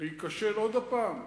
להיכשל עוד פעם?